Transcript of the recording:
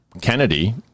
Kennedy